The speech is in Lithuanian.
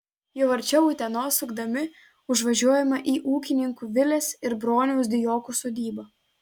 jau arčiau utenos sukdami užvažiuojame į ūkininkų vilės ir broniaus dijokų sodybą